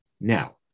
now